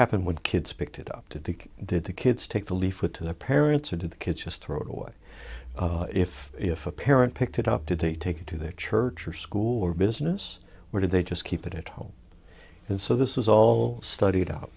happened when kids picked it up to think did the kids take the leaflet to the parents or do the kids just throw it away if if a parent picked it up did they take it to their church or school or business where did they just keep it at home and so this is all studied out